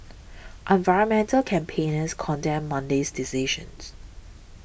environmental campaigners condemned Monday's decisions